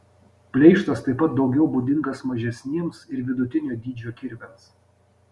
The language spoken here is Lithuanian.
pleištas taip pat daugiau būdingas mažesniems ir vidutinio dydžio kirviams